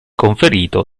conferito